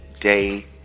day